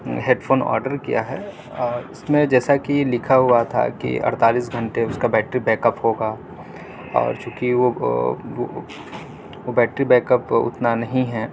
head phone order کیا ہے اور اس میں جیسا کہ لکھا ہوا تھا کہ اڑتالیس گھنٹے اس کا بیٹری بیک اپ ہوگا اور چونکہ وہ بیٹری بیک اپ اتنا نہیں ہے